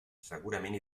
segurament